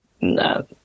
no